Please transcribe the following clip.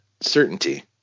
certainty